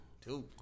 Two